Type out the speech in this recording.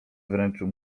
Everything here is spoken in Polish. wręczył